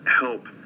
help